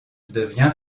devient